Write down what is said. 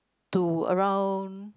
to around